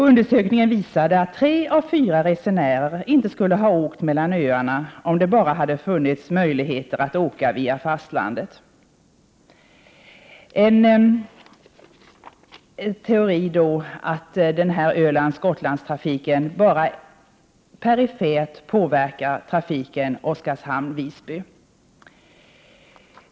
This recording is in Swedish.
Undersökningen visade att tre av fyra resenärer inte skulle ha åkt mellan öarna om det enbart hade funnits möjligheter att åka via fastlandet. En teori är att Ölandsoch Gotlandstrafiken bara perifert påverkar trafiken mellan Oskarhamn och Visby.